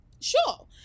sure